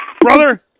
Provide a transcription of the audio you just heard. Brother